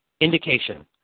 indication